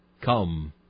come